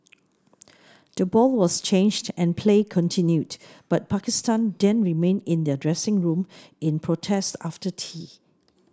the ball was changed and play continued but Pakistan then remained in their dressing room in protest after tea